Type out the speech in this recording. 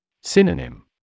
Synonym